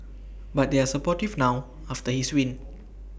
but they are supportive now after his win